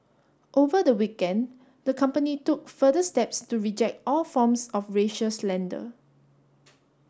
over the weekend the company took further steps to reject all forms of racial slander